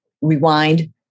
rewind